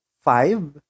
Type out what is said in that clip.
five